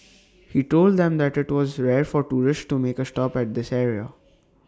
he told them that IT was rare for tourists to make A stop at this area